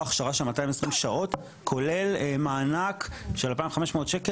הכשרה של 220 שעות כולל מענק של 2,500 ₪,